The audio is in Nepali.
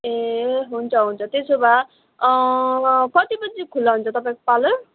ए हुन्छ हुन्छ त्यसो भए कति बजी खुल्ला हुन्छ तपाईँको पार्लर